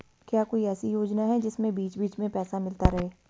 क्या कोई ऐसी योजना है जिसमें बीच बीच में पैसा मिलता रहे?